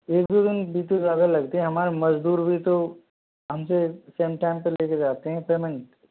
एक दो दिन भी तो ज़्यादा लगते हैं हमारे मजदूर भी तो हमसे सेम टाइम पे लेके जाते हैं पेमेंट